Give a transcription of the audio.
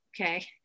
okay